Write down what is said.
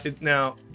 now